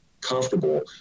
comfortable